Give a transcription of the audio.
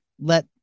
let